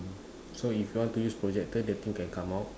so if you want to use projector that thing can come out